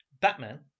Batman